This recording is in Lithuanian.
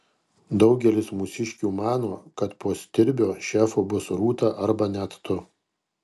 daugelis mūsiškių mano kad po stirbio šefu bus rūta arba net tu